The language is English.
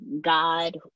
God